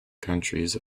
countries